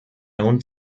own